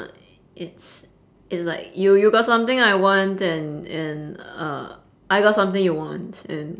it's it's like you you got something I want and and uh I got something you want and